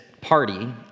party